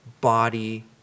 body